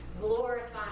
glorifying